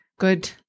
Good